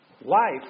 life